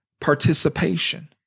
participation